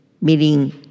meeting